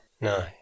No